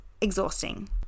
exhausting